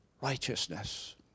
righteousness